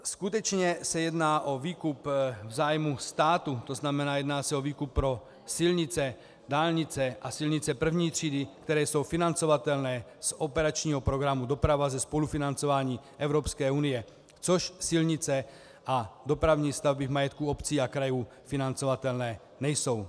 Skutečně se jedná o výkup v zájmu státu, tzn. jedná se o výkup pro silnice, dálnice a silnice první třídy, které jsou financovatelné z operačního programu Doprava ze spolufinancování Evropské unie, což silnice a dopravní stavby v majetku obcí a krajů financovatelné nejsou.